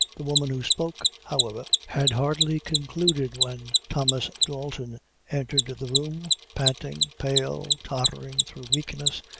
the woman who spoke, however, had hardly concluded, when thomas dalton entered the room, panting, pale, tottering through weakness,